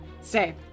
Stay